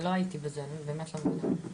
לא הייתי בזה אז אני באמת לא מבינה.